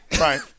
Right